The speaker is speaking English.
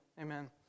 Amen